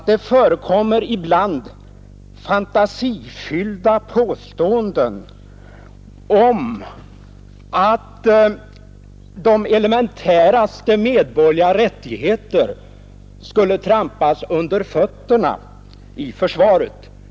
Det förekommer ibland fantasifulla påståenden om att de elementäraste medborgerliga rättigheter skulle trampas under fötterna i försvaret.